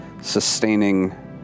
sustaining